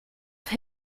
have